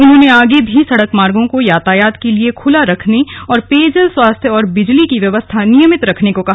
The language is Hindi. उन्होंने आगे भी सड़क मार्गो को यातायात के लिए खुला रखने और पेयजल स्वास्थ्य और बिजली की व्यवस्था नियमित रखने को कहा